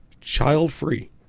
child-free